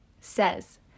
says